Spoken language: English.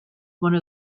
one